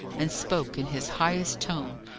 and spoke in his highest tone,